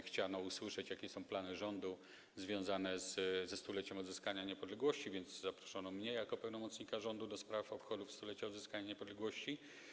Chciano usłyszeć, jakie są plany rządu związane ze stuleciem odzyskania niepodległości, więc zaproszono mnie jako pełnomocnika rządu do spraw obchodów stulecia odzyskania niepodległości.